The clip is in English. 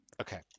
Okay